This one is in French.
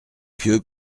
pieux